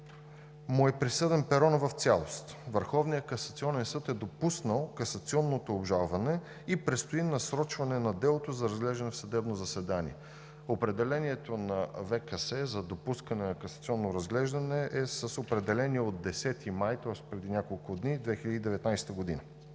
му е присъден перонът в цялост. Върховният касационен съд е допуснал касационното обжалване и предстои насрочване на делото за разглеждане в съдебно заседание. Определението на ВКС за допускане на касационно разглеждане е с определение от 10 май 2019 г., тоест преди няколко дни. На